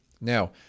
Now